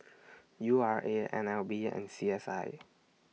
U R A N L B and C S I